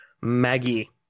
Maggie